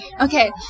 Okay